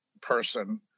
person